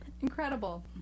incredible